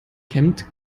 kämmt